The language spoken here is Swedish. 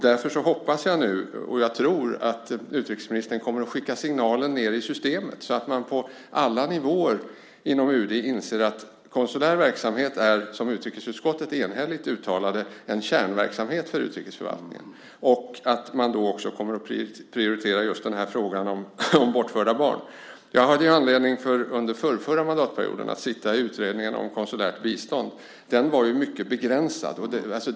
Därför hoppas och tror jag att utrikesministern nu kommer att skicka den signalen ned i systemet så att man på alla nivåer inom UD inser att konsulär verksamhet - som utrikesutskottet enhälligt uttalat - är en kärnverksamhet för utrikesförvaltningen och också kommer att prioritera just frågan om bortförda barn. Jag hade under förrförra mandatperioden anledning att sitta i utredningen om konsulärt bistånd. Den var mycket begränsad.